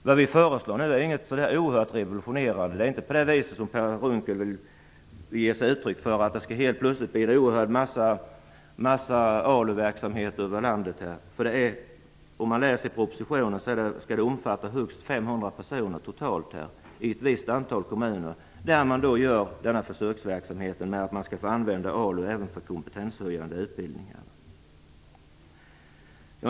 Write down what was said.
Vad vi nu föreslår är inte så oerhört revolutionerande. Det är inte som Per Unckel vill ge uttryck för så att det blir en massa ALU-verksamhet i landet. Om man läser propositionen ser man att försöket skall omfatta totalt 500 personer i ett visst antal kommuner där man skall få använda ALU även för kompetenshöjande utbildningar.